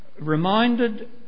reminded